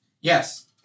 Yes